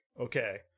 okay